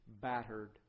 battered